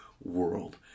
world